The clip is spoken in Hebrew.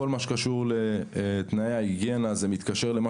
כל מה שקשור לתנאי היגיינה מתקשר למה